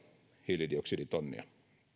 hiilidioksiditonnia